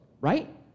right